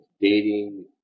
dating